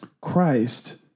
Christ